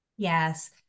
Yes